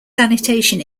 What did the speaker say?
sanitation